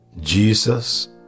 Jesus